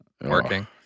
working